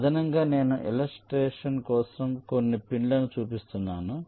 అదనంగా నేను ఇలస్ట్రేషన్ కోసం కొన్ని పిన్లను చూపిస్తున్నాను